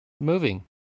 moving